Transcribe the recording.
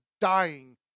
dying